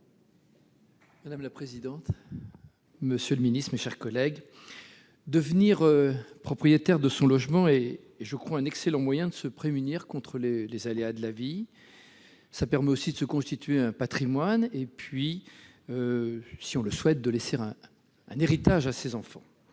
M. Philippe Pemezec. Monsieur le ministre, devenir propriétaire de son logement est un excellent moyen de se prémunir contre les aléas de la vie. Cela permet aussi de se constituer un patrimoine et, si on le souhaite, de laisser un héritage à ses enfants.